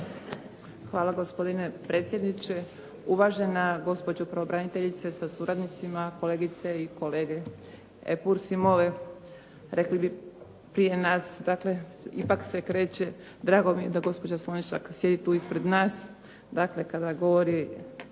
Hvala gospodine predsjedniče, uvažena gospođo pravobraniteljice, sa suradnicima, kolegice i kolege. …/Govornik se ne razumije./… dakle, ipak se kreće, drago mi je da gospođa Slonjšak sjedi tu ispred nas, dakle, kada govori